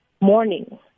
morning